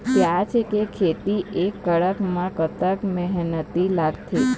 प्याज के खेती एक एकड़ म कतक मेहनती लागथे?